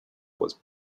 was